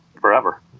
forever